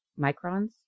microns